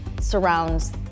surrounds